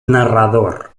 narrador